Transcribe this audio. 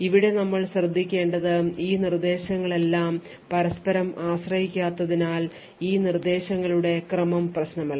ഇവിടെ നമ്മൾ ശ്രദ്ധിക്കേണ്ടത് ഈ നിർദ്ദേശങ്ങളെല്ലാം പരസ്പരം ആശ്രയിക്കാത്തതിനാൽ ഈ നിർദ്ദേശങ്ങളുടെ ക്രമം പ്രശ്നമല്ല